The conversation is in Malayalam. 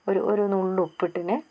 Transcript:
ഒരു ഒരു നുള്ള് ഉപ്പ് ഇട്ടിന്